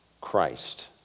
Christ